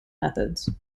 methods